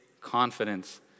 confidence